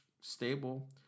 stable